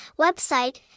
Website